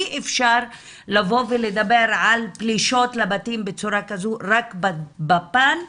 אי אפשר לבוא ולדבר על פלישות לבתים בצורה כזו רק בפן האנושי,